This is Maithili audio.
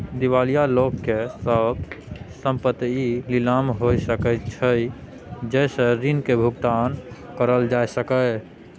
दिवालिया लोक के सब संपइत नीलाम हो सकइ छइ जइ से ऋण के भुगतान करल जा सकइ